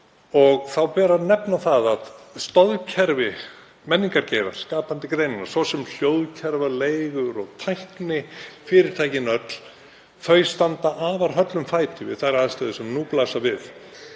Þá ber að nefna það að stoðkerfi menningargeirans, skapandi greinanna, svo sem hljóðkerfaleigur og tæknifyrirtækin öll, standa afar höllum fæti við þær aðstæður sem nú blasa við.